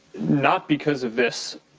not because of this.